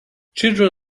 children